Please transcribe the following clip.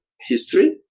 history